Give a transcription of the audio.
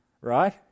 Right